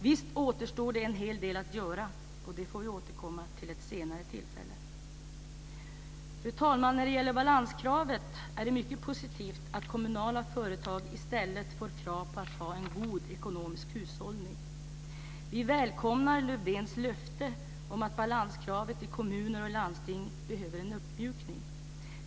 Visst återstår det en hel del att göra, men det får vi återkomma till vid ett senare tillfälle. Fru talman! När det gäller balanskravet är det mycket positivt att kommunala företag i stället får krav på sig att ha en god ekonomisk hushållning. Vi välkomnar Lövdéns löfte om att balanskravet i kommuner och landsting behöver en uppmjukning.